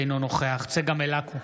אינו נוכח צגה מלקו,